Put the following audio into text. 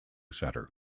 centre